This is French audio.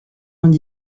vingt